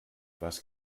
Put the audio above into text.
was